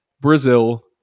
Brazil